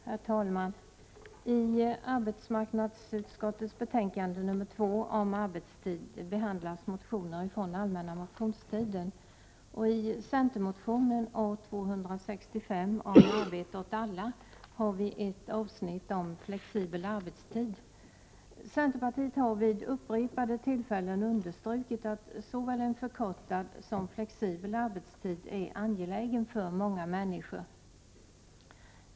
Herr talman! I arbetsmarknadsutskottets betänkande nr 2 om arbetstid behandlas motioner från allmänna motionstiden. I centermotionen A265 om arbete år alla finns ett avsnitt om flexibel arbetstid. Vi inom centerpartiet har vid upprepade tillfällen understrukit att såväl en förkortad som flexibel arbetstid är angelägen för många människor.